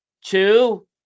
two